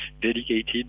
dedicated